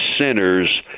sinners